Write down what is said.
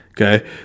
okay